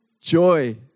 joy